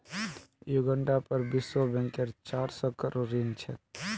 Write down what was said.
युगांडार पर विश्व बैंकेर चार सौ करोड़ ऋण छेक